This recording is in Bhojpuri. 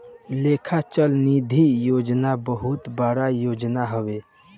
लेखा चल निधी योजना बहुत बड़ योजना हवे